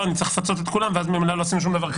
נצטרך לפצות את כולם ואז ממילא לא עשינו שום דבר,